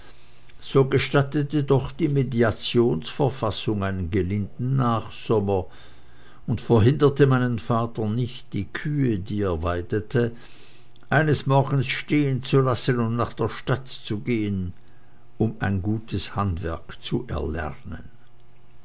so gestattete doch die mediationsverfassumg einen gelindert nachsommer und verhinderte meinen vater nicht die kühe die er weidete eines morgens stehenzulassen und nach der stadt zu gehen um ein gutes handwerk zu erlernen